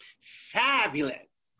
Fabulous